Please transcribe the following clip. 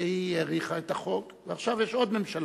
והיא האריכה את החוק, ועכשיו יש עוד ממשלה,